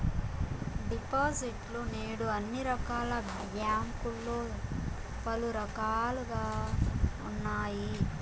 డిపాజిట్లు నేడు అన్ని రకాల బ్యాంకుల్లో పలు రకాలుగా ఉన్నాయి